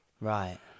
Right